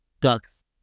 Duck's